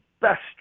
best